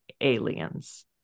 aliens